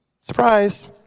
Surprise